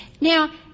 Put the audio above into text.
Now